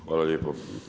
Hvala lijepo.